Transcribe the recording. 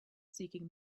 seeking